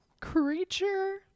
Creature